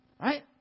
Right